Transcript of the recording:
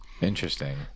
Interesting